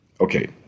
Okay